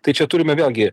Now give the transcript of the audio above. tai čia turime vėlgi